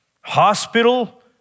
hospital